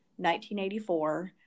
1984